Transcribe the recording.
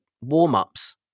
warm-ups